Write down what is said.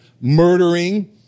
murdering